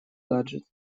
гаджет